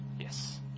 Yes